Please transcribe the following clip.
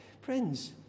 Friends